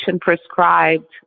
prescribed